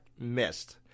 missed